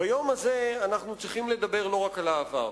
ביום הזה אנחנו צריכים לדבר לא רק על העבר,